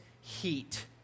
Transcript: heat